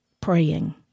praying